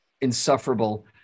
insufferable